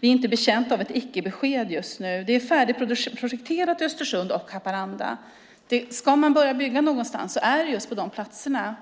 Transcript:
Vi är inte betjänta av ett icke-besked just nu. Det är färdigprojekterat i Östersund och Haparanda. Ska man börja bygga någonstans är det just på de platserna.